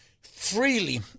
freely